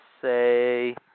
say